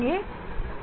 हम क्या करेंगे